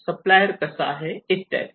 supplier कसा आहे इत्यादी